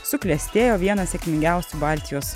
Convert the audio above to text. suklestėjo vienas sėkmingiausių baltijos